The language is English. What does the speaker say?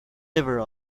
liver